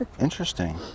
interesting